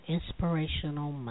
Inspirational